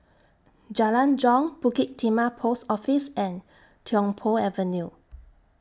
Jalan Jong Bukit Timah Post Office and Tiong Poh Avenue